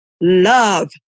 love